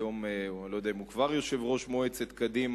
היום אני לא יודע אם הוא כבר יושב-ראש מועצת קדימה,